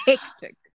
Hectic